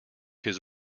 his